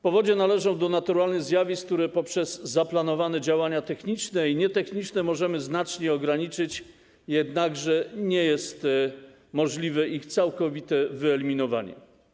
Powodzie należą do zjawisk naturalnych, które poprzez zaplanowane działania techniczne i nietechniczne możemy znacznie ograniczyć, jednakże nie jest możliwe ich całkowite wyeliminowanie.